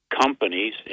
companies